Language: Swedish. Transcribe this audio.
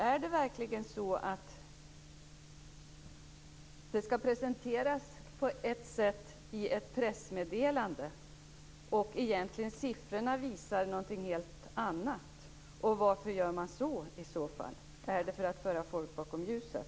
Är det verkligen så att den skall presenteras på ett sätt i ett pressmeddelande och att siffrorna sedan skall visa någonting helt annat? Och varför gör man det, i så fall? Är det för att föra folk bakom ljuset?